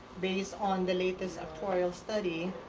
based on the latest auctorial study,